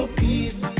peace